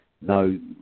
no